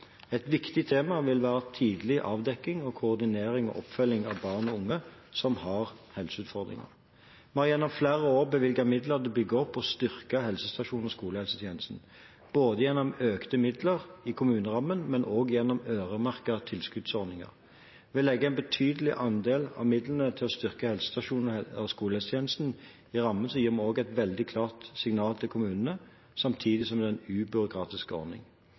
Et viktig tema vil være tidlig avdekking og koordinering og oppfølging av barn og unge som har helseutfordringer. Vi har gjennom flere år bevilget midler til å bygge opp og styrke helsestasjons- og skolehelsetjenesten, både gjennom økte midler i kommunerammen og også gjennom øremerkede tilskuddsordninger. Ved å legge en betydelig andel av midlene til å styrke helsestasjons- og skolehelsetjenesten i rammen gir vi også et veldig klart signal til kommunene, samtidig som det er en ubyråkratisk ordning.